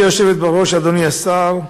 גברתי היושבת בראש, אדוני השר,